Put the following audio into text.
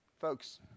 Folks